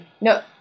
No